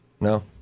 No